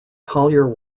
collier